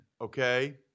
okay